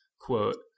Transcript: quote